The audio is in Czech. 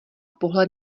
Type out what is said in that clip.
pohled